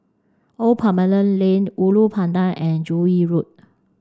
Old Parliament Lane Ulu Pandan and Joo Yee Road